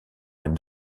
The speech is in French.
une